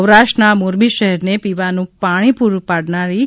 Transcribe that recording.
સૌરાષ્ટ્રના મોરબી શહેરને પીવાનું પાણી પૂરું પાડનારી રૂ